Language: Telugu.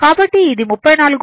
కాబట్టి ఇది 34